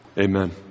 Amen